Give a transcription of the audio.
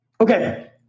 Okay